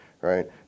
right